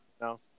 No